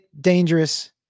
dangerous